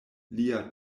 lia